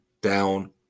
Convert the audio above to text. down